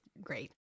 great